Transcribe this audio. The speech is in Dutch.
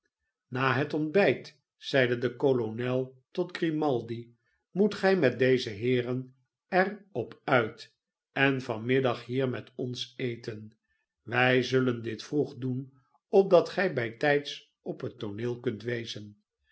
na het ontbijt zeide de kolonel tot grimaldi moet gij met deze heeren er op uit en van middag hier met ons eten wij zullen dit vroeg doen opdat gij bijtijds op het tooneel kunt wezen